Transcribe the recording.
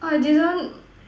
!wah! I didn't